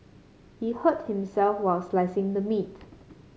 he hurt himself while slicing the meat